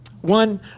One